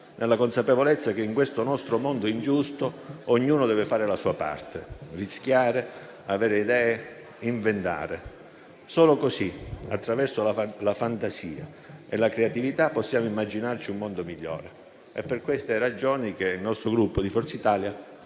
nella consapevolezza che in questo nostro mondo ingiusto ognuno deve fare la sua parte, rischiare, avere idee, inventare. Solo così, attraverso la fantasia e la creatività, possiamo immaginarci un mondo migliore. È per queste ragioni che il Gruppo Forza Italia